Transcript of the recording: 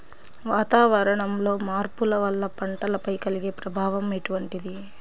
వాతావరణంలో మార్పుల వల్ల పంటలపై కలిగే ప్రభావం ఎటువంటిది?